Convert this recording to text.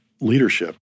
leadership